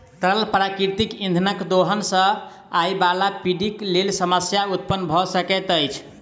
तरल प्राकृतिक इंधनक दोहन सॅ आबयबाला पीढ़ीक लेल समस्या उत्पन्न भ सकैत अछि